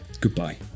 Goodbye